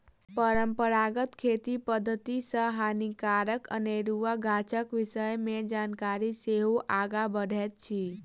परंपरागत खेती पद्धति सॅ हानिकारक अनेरुआ गाछक विषय मे जानकारी सेहो आगाँ बढ़ैत अछि